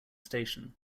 station